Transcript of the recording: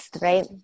right